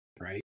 right